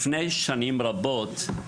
לפני שנים רבות,